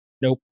Nope